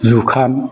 जुखाम